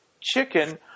chicken